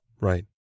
Right